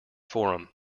forum